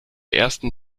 ersten